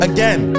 Again